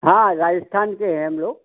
हाँ राजस्थान के हैं हम लोग